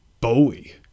Bowie